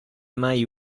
mai